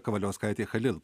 kavaliauskaitė chalil